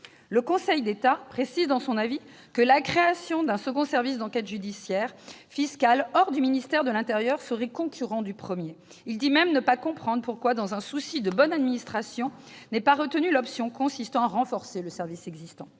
Le Conseil d'État précise dans son avis qu'un second service d'enquête judiciaire fiscale hors du ministère de l'intérieur serait concurrent du premier. Il dit même ne pas comprendre pourquoi, dans un souci de bonne administration, n'est pas retenue l'option consistant à renforcer le service existant.